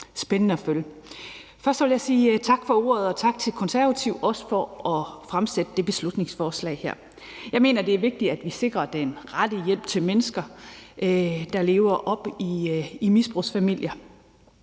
spændende at følge. Jeg vil også sige tak til De Konservative for at fremsætte det her beslutningsforslag. Jeg mener, det er vigtigt at sikre den rette hjælp til mennesker, der vokser op i misbrugsfamilier.